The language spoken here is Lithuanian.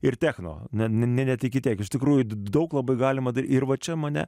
ir techno ne ne net iki tiek iš tikrųjų daug labai galima dar ir va čia mane